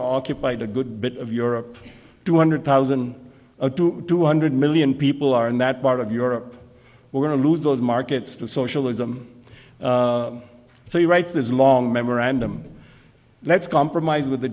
occupied a good bit of europe two hundred thousand to two hundred million people are in that part of europe we're going to lose those markets to socialism so he writes this long memorandum let's compromise with the